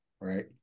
right